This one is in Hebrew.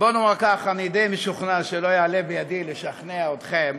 בוא נאמר כך: אני די משוכנע שלא יעלה בידי לשכנע אתכם,